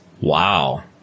Wow